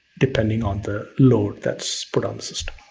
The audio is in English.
depending on the load that's put on the system